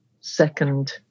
second